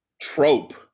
trope